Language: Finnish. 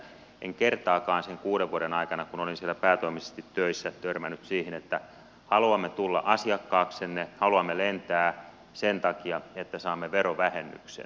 en kertaakaan sen kuuden vuoden aikana kun olin siellä päätoimisesti töissä törmännyt siihen että haluamme tulla asiakkaaksenne haluamme lentää sen takia että saamme verovähennyksen